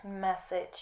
message